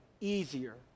easier